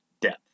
depth